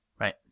right